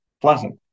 pleasant